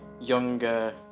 younger